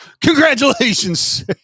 Congratulations